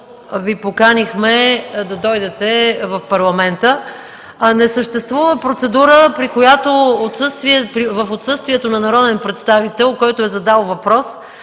Ви поканихме да дойдете. (Реплики.) Не съществува процедура, при която в отсъствието на народен представител, който е задал въпрос,